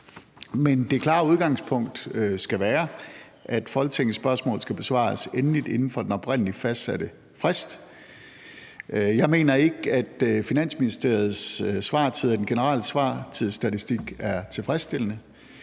men det klare udgangspunkt skal være, at folketingsspørgsmål skal besvares endeligt inden for den oprindelig fastsatte frist. Jeg mener ikke, at Finansministeriets svartider og den generelle svartidsstatistik er tilfredsstillende.